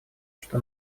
что